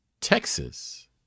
Texas